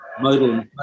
modal